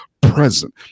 present